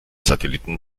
satelliten